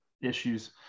issues